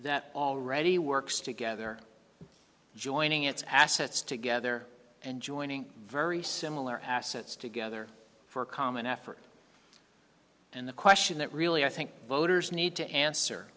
that already works together joining its assets together and joining very similar assets together for a common effort and the question that really i think voters need to answer